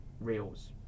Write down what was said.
reels